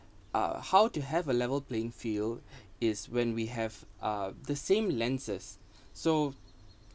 uh how to have a level playing field is when we have uh the same lenses so